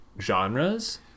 genres